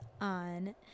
on